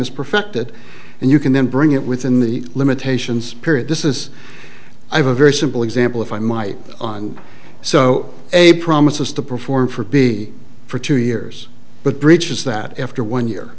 is perfected and you can then bring it within the limitations period this is i've a very simple example if i might on so a promises to perform for b for two years but breaches that after one year